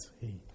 hey